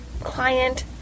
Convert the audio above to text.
client